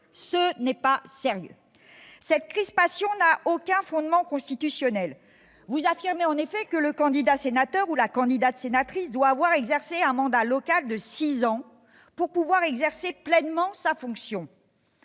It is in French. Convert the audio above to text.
Ce n'est pas sérieux ! Cette crispation n'a aucun fondement constitutionnel. Vous affirmez en effet que le candidat sénateur ou la candidate sénatrice doit avoir exercé un mandat local de six ans pour pouvoir exercer pleinement sa fonction.